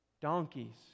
donkeys